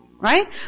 Right